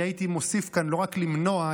אני הייתי מוסיף כאן: לא רק למנוע,